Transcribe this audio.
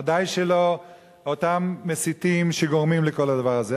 ודאי שלא אותם מסיתים שגורמים לכל הדבר הזה.